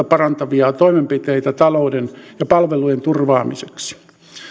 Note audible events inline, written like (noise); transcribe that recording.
(unintelligible) parantavia toimenpiteitä talouden ja palvelujen turvaamiseksi